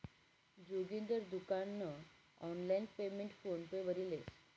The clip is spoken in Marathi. जोगिंदर दुकान नं आनलाईन पेमेंट फोन पे वरी लेस